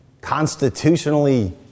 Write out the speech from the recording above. constitutionally